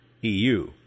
EU